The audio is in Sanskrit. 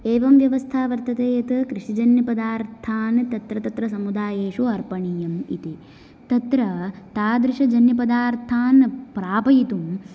एवं व्यवस्था वर्तते यत् कृषिजन्यपदार्थान् तत्र तत्र समुदायेषु अर्पणीयम् इति तत्र तादृश जन्यपदार्थान् प्रापयितुं